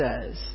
says